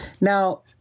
Now